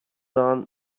done